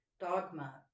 dogma